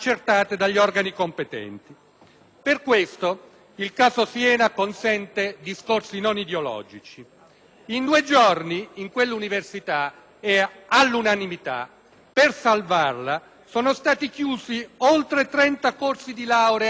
Per questo il caso Siena consente discorsi non ideologici. In due giorni in quella università e all'unanimità per salvarla sono stati chiusi oltre 30 corsi di laurea giudicati inutili;